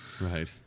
right